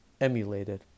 emulated